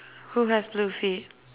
who has blue feet